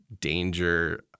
danger